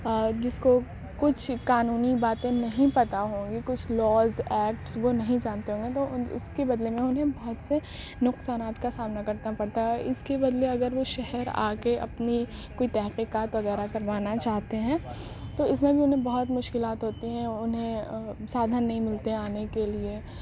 جس کو کچھ قانونی باتیں نہیں پتا ہوں گی کچھ لاز ایکٹس وہ نہیں جانتے ہوں گے تو ان اس کے بدلے میں انہیں بہت سے نقصانات کا سامنا کرنا پڑتا ہے اس کے بدلے اگر وہ شہر آ کے اپنی کوئی تحقیقات وغیرہ کروانا چاہتے ہیں تو اس میں بھی انہیں بہت مشکلات ہوتی ہیں انھیں سادھن نہیں ملتے آنے کے لیے